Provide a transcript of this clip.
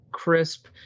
crisp